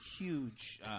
huge